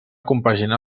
compaginar